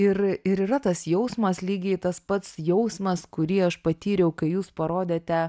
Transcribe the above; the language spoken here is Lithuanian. ir ir yra tas jausmas lygiai tas pats jausmas kurį aš patyriau kai jūs parodėte